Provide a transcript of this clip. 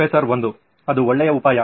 professor 1 ಅದು ಒಳ್ಳೆಯ ಉಪಾಯ